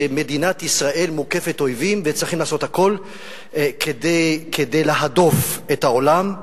שמדינת ישראל מוקפת אויבים וצריכים לעשות הכול כדי להדוף את העולם.